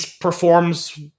performs